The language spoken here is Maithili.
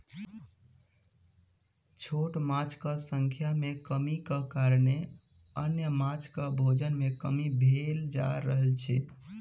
छोट माँछक संख्या मे कमीक कारणेँ अन्य माँछक भोजन मे कमी भेल जा रहल अछि